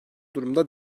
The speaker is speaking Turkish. durumda